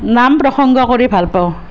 নাম প্ৰসঙ্গ কৰি ভাল পাওঁ